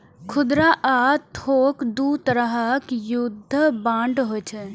खुदरा आ थोक दू तरहक युद्ध बांड होइ छै